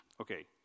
Okay